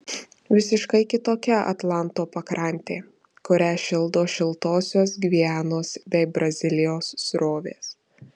visiškai kitokia atlanto pakrantė kurią šildo šiltosios gvianos bei brazilijos srovės